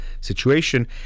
situation